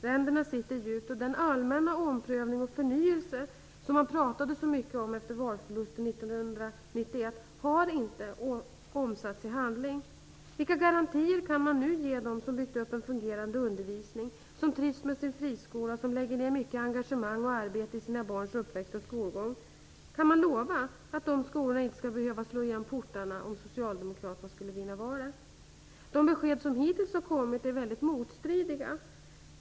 Ränderna sitter djupt. Den allmänna omprövning och förnyelse som man pratade så mycket om efter valförlusten 1991 har inte omsatts i handling. Vilka garantier kan man nu ge dem som har byggt upp en fungerande undervisning, som trivs med sin friskola och som lägger ned mycket engagemang och arbete på sina barns uppväxt och skolgång? Kan man lova att de här skolorna inte skall behöva slå igen sina portar om socialdemokraterna skulle vinna valet? De besked som har kommit hittills är mycket motstridiga.